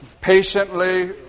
patiently